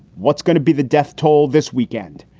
what's going to be the death toll this weekend?